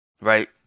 right